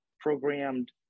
programmed